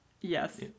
Yes